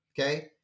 Okay